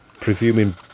presuming